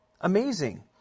Amazing